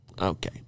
Okay